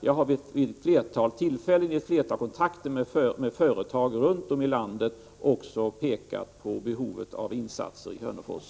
Jag har vid ett flertal kontakter med företag runtom i landet pekat på behovet av insatser i Hörnefors.